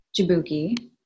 Jabuki